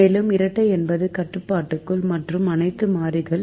மேலும் இரட்டை என்பது கட்டுப்பாடுகள் மற்றும் அனைத்து மாறிகள் ≥ 0